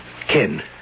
Ken